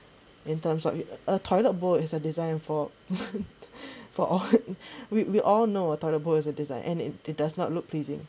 in terms of a toilet bowl is a design for for all we we all know a toilet bowl is a design and it does not look pleasing